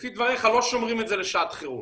לפי דבריך לא שומרים את זה לשעת חירום.